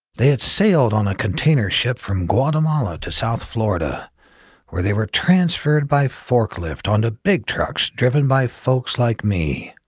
they had sailed on a container ship from guatemala to south florida where they were transferred by forklift onto big trucks driven by folks like me.